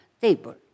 table